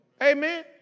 Amen